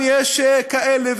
אם יש כאלה,